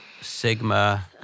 Sigma